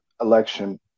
election